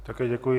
Také děkuji.